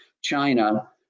China